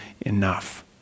enough